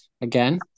again